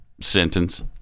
sentence